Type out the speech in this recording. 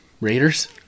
Raiders